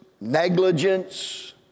negligence